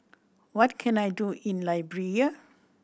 what can I do in Liberia